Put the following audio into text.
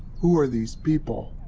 who are these people?